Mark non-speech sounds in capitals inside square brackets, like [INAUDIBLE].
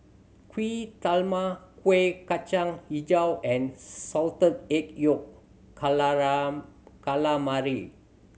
Kuih Talam Kueh Kacang Hijau and salted egg yolk [UNINTELLIGIBLE] calamari